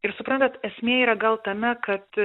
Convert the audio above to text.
ir suprantat esmė yra gal tame kad